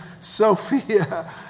Sophia